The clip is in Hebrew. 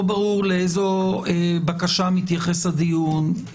לא ברור לאיזו בקשה מתייחס הדיון.